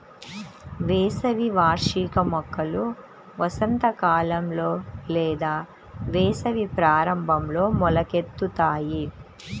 వేసవి వార్షిక మొక్కలు వసంతకాలంలో లేదా వేసవి ప్రారంభంలో మొలకెత్తుతాయి